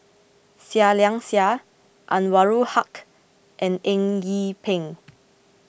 Seah Liang Seah Anwarul Haque and Eng Yee Peng